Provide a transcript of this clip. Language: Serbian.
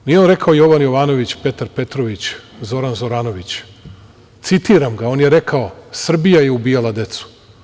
Nije on rekao – Jovan Jovanović, Petar Petrović, Zoran Zoranović, citiram ga, on je rekao „ Srbija je ubijala decu“